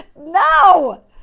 No